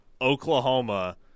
Oklahoma